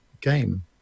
game